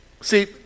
See